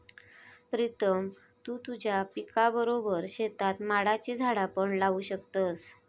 प्रीतम तु तुझ्या पिकाबरोबर शेतात माडाची झाडा पण लावू शकतस